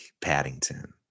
paddington